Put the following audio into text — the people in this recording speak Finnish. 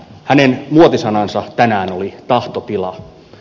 hänen muotisanansa tänään oli tahtotila